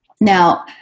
Now